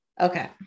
Okay